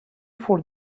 four